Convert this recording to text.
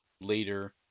later